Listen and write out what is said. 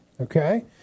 Okay